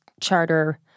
charter